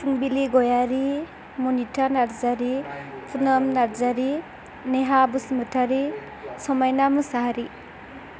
फुंबिलि गयारी मनिता नार्जारी पुनाम नार्जारी नेहा बसुमतारी समाइना मुसाहारी